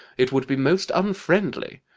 it would be most unfriendly.